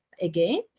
again